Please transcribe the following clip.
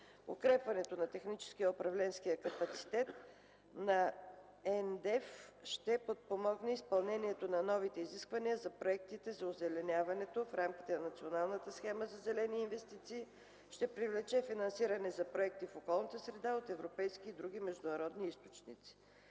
Укрепването на техническия и управленския капацитет на Националния доверителен Еко Фонд ще подпомогне изпълнението на новите изисквания за проектите за озеленяването в рамките на Националната схема за зелени инвестиции, ще привлече финансиране за проекти в околната среда от европейски и други международни източници.